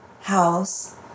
house